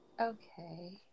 Okay